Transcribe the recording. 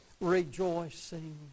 rejoicing